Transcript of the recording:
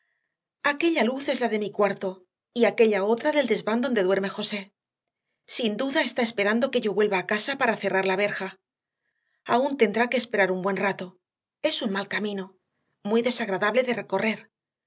aquella luz es la de mi cuarto y aquella otra del desván donde duerme josé sin duda está esperando que yo vuelva a casa para cerrar la verja aún tendrá que esperar un buen rato es un mal camino muy desagradable de recorrer